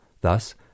Thus